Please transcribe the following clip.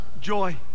Joy